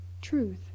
truth